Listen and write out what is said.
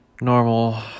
normal